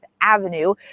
Avenue